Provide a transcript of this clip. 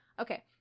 okay